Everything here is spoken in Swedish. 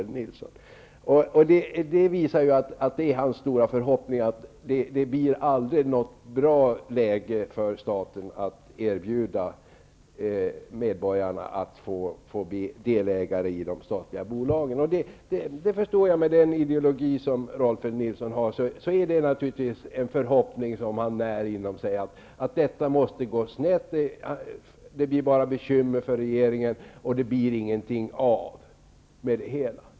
Det visar att det är hans stora förhoppning att det aldrig kommer att vara något bra läge för staten att erbjuda medborgarna att bli delägare i de statliga bolagen. Med den ideologi som Rolf L Nilson har förstår jag att det är en förhoppning som han när inom sig, att detta måste gå snett, att det bara blir bekymmer för regeringen och att det inte blir någonting av det hela.